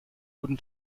guten